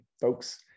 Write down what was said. folks